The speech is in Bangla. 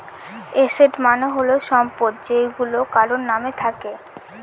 এসেট মানে হল সম্পদ যেইগুলা কারোর নাম থাকে